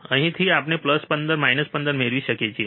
અહીંથી આપણે plus 15 minus 15 મેળવી શકીએ છીએ